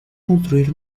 construir